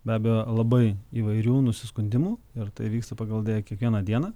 be abejo labai įvairių nusiskundimų ir tai vyksta pagal idėja kiekvieną dieną